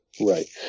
Right